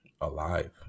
alive